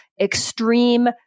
extreme